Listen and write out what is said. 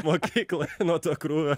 mokykloj nuo to krūvio